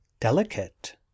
delicate